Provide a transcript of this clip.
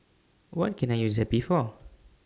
What Can I use Zappy For